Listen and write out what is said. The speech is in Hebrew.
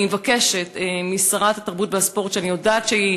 אני מבקשת משרת התרבות והספורט, שאני יודעת שהיא